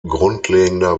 grundlegender